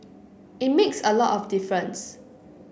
it makes a lot of difference